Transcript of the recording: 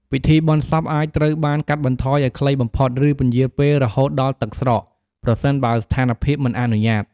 ពិធីបុណ្យសពអាចត្រូវបានកាត់បន្ថយឲ្យខ្លីបំផុត ឬពន្យារពេលរហូតដល់ទឹកស្រក ប្រសិនបើស្ថានភាពមិនអនុញ្ញាត។